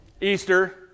Easter